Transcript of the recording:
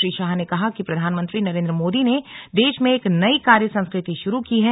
श्री शाह ने कहा कि प्रधानमंत्री नरेन्द्र मोदी ने देश में एक नई कार्य संस्कृति शुरू की है